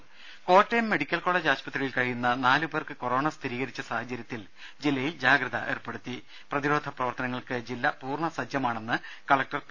രുമ Kottayam medical college ആശുപത്രിയിൽ കഴിയുന്ന നാലു പേർക്ക് കൊറോണ സ്ഥിരീകരിച്ച സാഹചര്യത്തിൽ ജില്ലയിൽ ജാഗ്രത ഏർപ്പെടുത്തി പ്രതിരോധ പ്രവർത്തനങ്ങൾക്ക് ജില്ല പൂർണ സജ്ജമാണെന്ന് കലക്ടർ പി